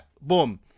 boom